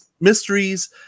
mysteries